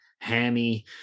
hammy